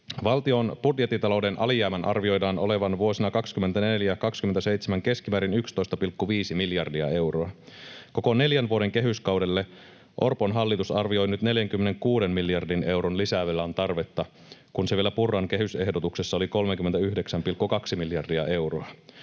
Valtion budjettitalouden alijäämän arvioidaan olevan vuosina 24—27 keskimäärin 11,5 miljardia euroa. Koko neljän vuoden kehyskaudelle Orpon hallitus arvioi nyt 46 miljardin euron lisävelan tarvetta, kun se vielä Purran kehysehdotuksessa oli 39,2 miljardia euroa.